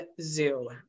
Zoo